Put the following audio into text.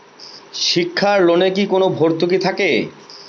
শিক্ষার লোনে কি কোনো ভরতুকি থাকে?